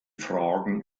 fragen